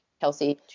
Kelsey